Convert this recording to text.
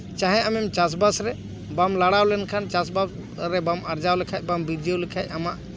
ᱪᱟᱦᱮ ᱟᱢᱮᱢ ᱪᱟᱥᱼᱵᱟᱥ ᱨᱮ ᱵᱟᱢ ᱞᱟᱲᱟᱣ ᱞᱮᱱᱠᱷᱟᱱ ᱪᱟᱥᱼᱵᱟᱥ ᱨᱮ ᱵᱟᱢ ᱟᱨᱡᱟᱣ ᱞᱮᱠᱷᱟᱡ ᱵᱟᱢ ᱵᱤᱨᱡᱟᱹᱣ ᱞᱮᱠᱷᱟᱡ ᱟᱢᱟᱜ